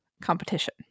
competition